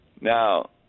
Now